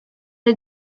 are